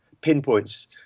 pinpoints